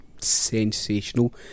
sensational